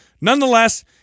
Nonetheless